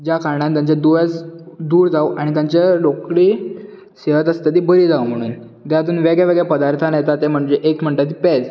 ज्या कारणान तांचें दुयेंस दूर जावं आनी तांचे रोखडी सेहत आसता ती बरी जावं म्हणून जे हातूंत वेगळे वेगळे पदार्थांनी येता म्हणटा ती पेज